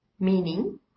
Meaning